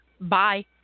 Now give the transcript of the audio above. Bye